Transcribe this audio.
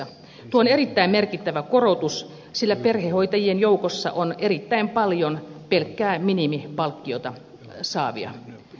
tuo on erittäin merkittävä korotus sillä perhehoitajien joukossa on erittäin paljon pelkkää minimipalkkiota saavia